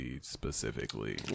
specifically